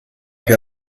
più